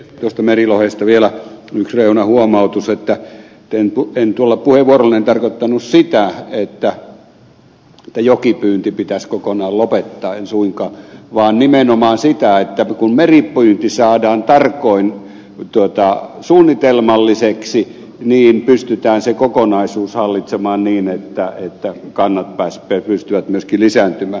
tuosta merilohesta vielä yksi reunahuomautus että en tuolla puheenvuorollani tarkoittanut sitä että jokipyynti pitäisi kokonaan lopettaa en suinkaan vaan nimenomaan sitä että kun meripyynti saadaan tarkoin suunnitelmalliseksi niin pystytään se kokonaisuus hallitsemaan niin että kannat pystyvät myöskin lisääntymään